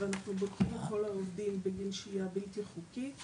ואנחנו בודקים את כל העובדים בגין שהיה בלתי חוקית.